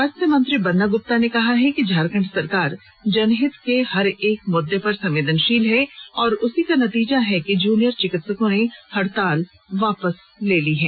स्वास्थ्य मंत्री बन्ना गुप्ता ने कहा है कि झारखंड सरकार जनहित के हरएक मुद्दे पर संवेदनशील है और उसी का नतीजा है कि जूनियर चिकित्सकों ने हड़ताल वापस ले लिया है